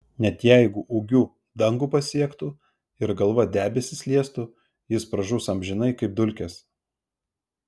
net jeigu ūgiu dangų pasiektų ir galva debesis liestų jis pražus amžinai kaip dulkės